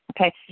okay